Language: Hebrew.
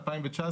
2019,